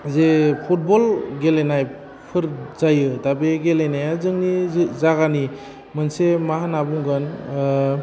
जे फुटबल गेलेनायफोर जायो दा बे गेलेनाया जोंनि जि जायगानि मोनसे मा होनना बुंगोन